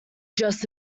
just